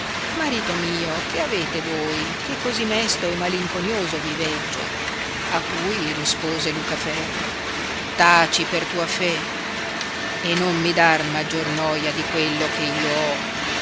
marito mio che avete voi che così mesto e malinconioso vi veggio a cui rispose lucaferro taci per tua fé e non mi dar maggior noia di quello che io